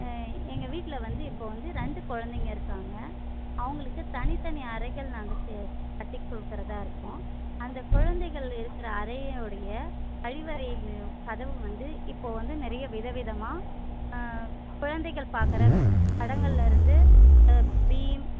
ஆ எங்கள் வீட்டில் வந்து இப்போ வந்து ரெண்டு குழந்தைங்க இருக்காங்க அவங்களுக்கு தனித்தனி அறைகள் நாங்கள் சே கட்டிக் கொடுக்கறதா இருக்கோம் அந்த குழந்தைகள் இருக்கிற அறையுடைய கழிவறையிலேயும் கதவு வந்து இப்போ வந்து நிறைய விதவிதமாக குழந்தைகள் பார்க்குற படங்களிலேருந்து பீம்